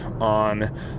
on